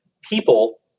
people